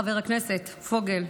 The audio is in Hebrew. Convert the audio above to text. חבר הכנסת פוגל,